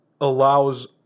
allows